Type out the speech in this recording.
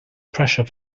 pressure